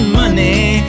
money